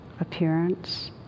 appearance